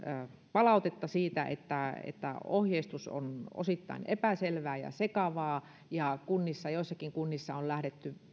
palautetta siitä että että ohjeistus on osittain epäselvää ja sekavaa joissakin kunnissa on lähdetty